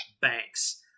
Banks